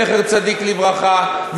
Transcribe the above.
זכר צדיק לברכה,